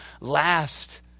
last